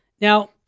Now